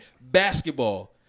basketball